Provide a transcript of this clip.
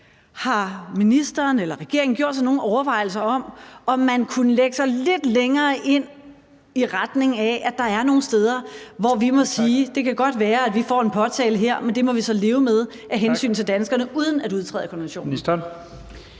Har ministeren eller regeringen gjort sig nogen overvejelser om, om man kunne lægge sig et andet sted, som er lidt mere i retning af, at der kan være nogle steder, hvor vi siger, at det godt kan være, at vi får en påtale her, men at det må vi så leve med af hensyn til danskerne, uden at vi udtræder af konventionen?